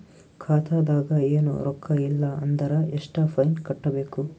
ಖಾತಾದಾಗ ಏನು ರೊಕ್ಕ ಇಲ್ಲ ಅಂದರ ಎಷ್ಟ ಫೈನ್ ಕಟ್ಟಬೇಕು?